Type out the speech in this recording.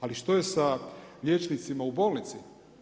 Ali što je sa liječnicima u bolnici?